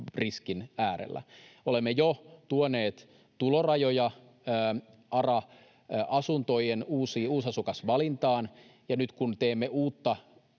riskin äärellä. Olemme jo tuoneet tulorajoja ARA-asuntojen uusasukasvalintaan, ja nyt kun teemme uutta